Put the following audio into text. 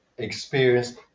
experience